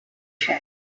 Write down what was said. check